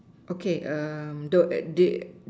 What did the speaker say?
okay don't they